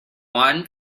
one